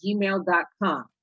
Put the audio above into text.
gmail.com